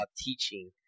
teaching